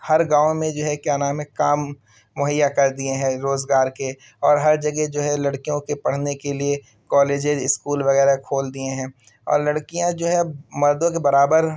ہر گاؤں میں جو ہے کیا نام ہے کام مہیا کر دیئے ہیں روزگار کے اور ہر جگہ جو ہے لڑکیوں کے پڑھنے کے لیے کالجز اسکول وغیرہ کھول دیئے ہیں اور لڑکیاں جو ہے اب مردوں کے برابر